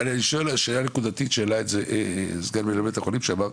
אני שואל שאלה נקודתית שהעלה את זה סגן בית החולים שאמר,